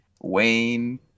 Wayne